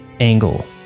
Angle